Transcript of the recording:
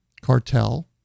cartel